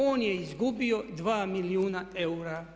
On je izgubio 2 milijuna eura.